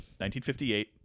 1958